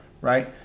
Right